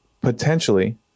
potentially